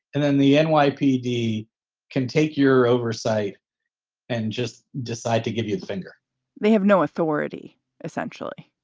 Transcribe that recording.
and then the and nypd can take your oversight and just decide to give you the finger they have no authority essentially,